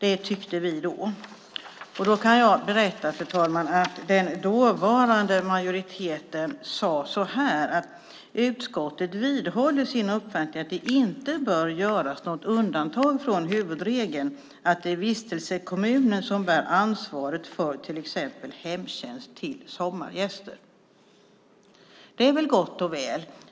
Det tyckte vi då. Jag kan berätta, fru talman, att den dåvarande majoriteten skrev så här i betänkandet: "Utskottet vidhåller sin uppfattning att det inte bör göras något undantag från huvudregeln om att det är vistelsekommunen som bär ansvaret för t.ex. hemtjänst till sommargäster." Det är väl gott och väl.